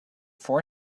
four